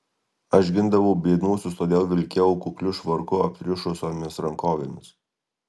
aš gindavau biednuosius todėl vilkėjau kukliu švarku aptriušusiomis rankovėmis